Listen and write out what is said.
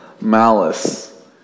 malice